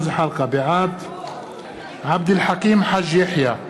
בעד עבד אל חכים חאג' יחיא,